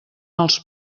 els